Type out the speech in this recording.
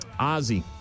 Ozzy